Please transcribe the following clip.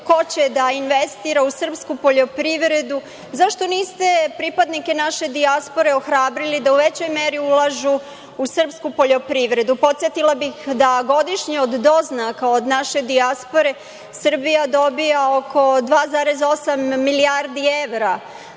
ko će da investira u srpsku poljoprivredu, zašto niste pripadnike naše dijaspore ohrabrili da u većoj meri ulažu u srpsku poljoprivredu. Podsetila bih da godišnje od doznaka od naše dijaspore Srbija dobija oko 2,8 milijardi evra,